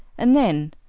and then,